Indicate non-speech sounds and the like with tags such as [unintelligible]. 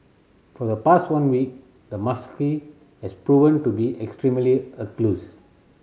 for the past one week the macaque has proven to be extremely [unintelligible]